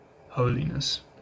holiness